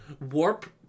Warp